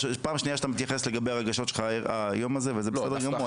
פעם שנייה שאתה מתייחס לגבי הרגשות שלך היום הזה וזה בסדר גמור,